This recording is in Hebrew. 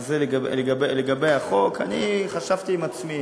אז לגבי החוק, חשבתי עם עצמי